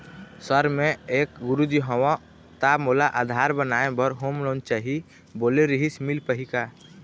Sir मे एक गुरुजी हंव ता मोला आधार बनाए बर होम लोन चाही बोले रीहिस मील पाही का?